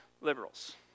liberals